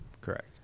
Correct